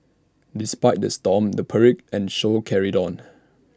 despite the storm the parade and show carried on